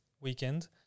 weekend